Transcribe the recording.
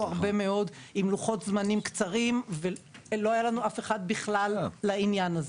הרבה מאוד עם לוחות-זמנים קצרים ולא היה לנו אף אחד בכלל לעניין הזה.